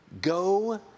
Go